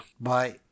bye